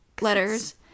letters